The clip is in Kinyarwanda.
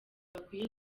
bakwiye